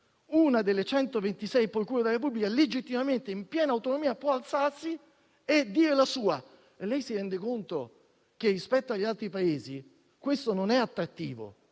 una delle 126 procure della Repubblica, legittimamente e in piena autonomia, può alzarsi e dire la sua. Lei si renderà sicuramente conto che rispetto agli altri Paesi questo non è attrattivo